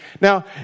Now